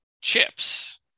chips